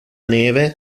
neve